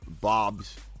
Bob's